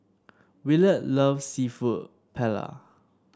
Willard loves seafood Paella